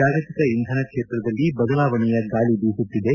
ಜಾಗತಿಕ ಇಂಧನ ಕ್ಷೇತ್ರದಲ್ಲಿ ಬದಲಾವಣೆಯ ಗಾಳಿ ಬೀಸುತ್ತಿದೆ